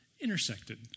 intersected